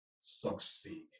succeed